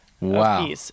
wow